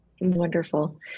Wonderful